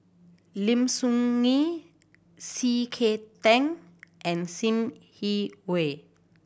Lim Soo Ngee C K Tang and Sim Yi Hui